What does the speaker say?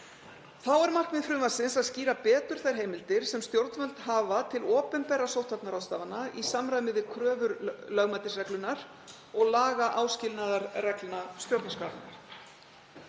Þá er markmið frumvarpsins að skýra betur þær heimildir sem stjórnvöld hafa til opinberra sóttvarnaráðstafana í samræmi við kröfur lögmætisreglunnar og lagaáskilnaðarreglna stjórnarskrárinnar.